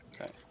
Okay